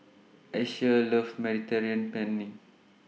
Asher loves Mediterranean Penne